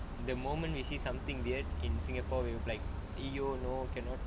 the moment we see something weird in singapore we'll be like eh no you know cannot